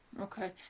Okay